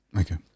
Okay